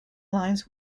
lines